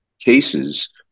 cases